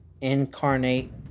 Incarnate